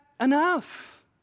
enough